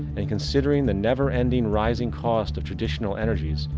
and considering the never ending rising costs of traditional energies,